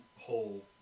whole